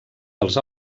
dels